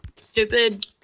stupid